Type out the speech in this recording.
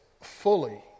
fully